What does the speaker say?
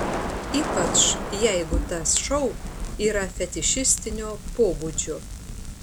ypač jeigu tas šou yra fetišistinio pobūdžio